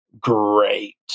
great